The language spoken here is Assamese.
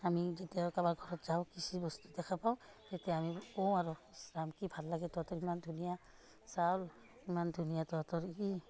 আমি যেতিয়া কাৰোবাৰ ঘৰত যাওঁ কৃষিৰ বস্তু দেখা পাওঁ তেতিয়া আমি কওঁ আৰু ইছ ৰাম ভাল লাগে তহঁতৰ ইমান ধুনীয়া চাউল ইমান ধুনীয়া তহঁতৰ কি